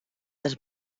dels